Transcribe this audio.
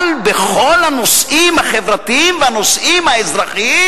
אבל בכל הנושאים החברתיים והנושאים האזרחיים?